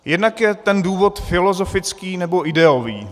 Jednak je ten důvod filozofický, nebo ideový.